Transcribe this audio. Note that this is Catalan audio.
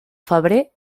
febrer